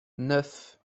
neuf